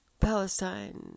Palestine